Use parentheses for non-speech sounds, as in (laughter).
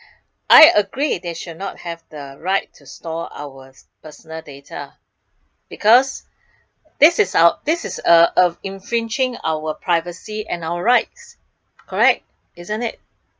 (breath) I agree they should not have the right to store our personal data because (breath) this is our this is uh uh infringing our privacy and our rights correct isn't it